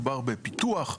מדובר בפיתוח.